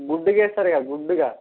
గుడ్డుగా వేస్తారుగా గుడ్డుగా